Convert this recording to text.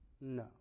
No